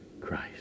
Christ